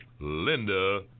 Linda